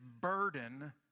burden